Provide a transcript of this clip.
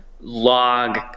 log